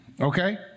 Okay